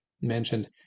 mentioned